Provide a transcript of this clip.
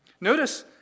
Notice